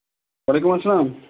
وعلیکُم اَلسلام